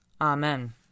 Amen